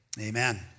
Amen